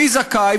מי זכאי,